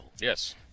Yes